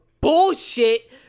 bullshit